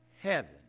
heaven